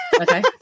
Okay